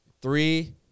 three